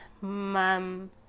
mom